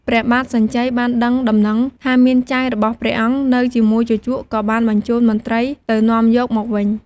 ព្រះបាទសញ្ជ័យបានដឹងដំណឹងថាមានចៅរបស់ព្រះអង្គនៅជាមួយជូជក ក៏បានបញ្ជូនមន្ត្រីទៅនាំយកមកវិញ។